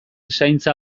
zaintza